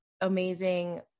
amazing